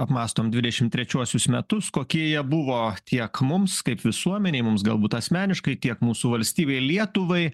apmąstom dvidešim trečiuosius metus kokie jie buvo tiek mums kaip visuomenei mums galbūt asmeniškai tiek mūsų valstybei lietuvai